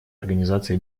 организации